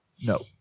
No